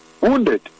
wounded